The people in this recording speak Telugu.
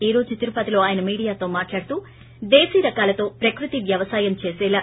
ఈ రోజు తిరుపతిలో ఆయన మీడియాతో మాట్లాడుతూ దేశీ రకాలతో ప్రకృతి వ్యవసాయం చేసేలా